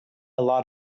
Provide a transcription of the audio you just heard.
lot